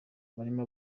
barimo